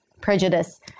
prejudice